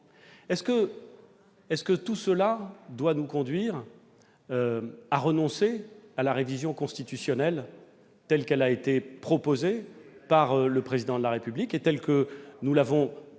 réflexion. Tout cela doit-il nous conduire à renoncer à la révision constitutionnelle telle qu'elle a été proposée par le Président de la République et telle que le Gouvernement